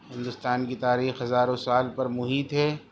ہندوستان کی تاریخ ہزاروں سال پر محیط ہے